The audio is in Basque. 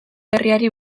herriari